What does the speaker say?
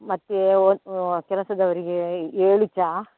ಮತ್ತೆ ಒದ್ ಒ ಕೆಲಸದವರಿಗೆ ಏಳು ಚಾ